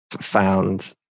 found